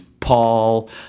Paul